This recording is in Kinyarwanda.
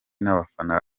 n’abafana